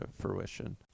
fruition